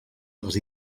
les